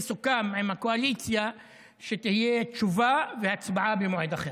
סוכם עם הקואליציה שיהיו תשובה והצבעה במועד אחר.